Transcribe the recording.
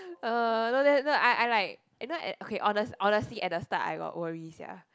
uh no leh no I I like you know okay honest honestly at the start I got worry sia